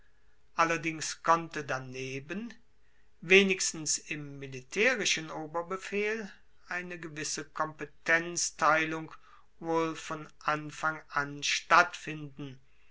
allerdings konnte daneben wenigstens im militaerischen oberbefehl eine gewisse kompetenzteilung wohl von anfang an stattfinden